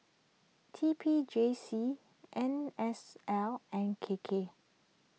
T P J C N S L and K K